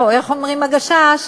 איך אומרים "הגששים"?